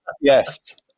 Yes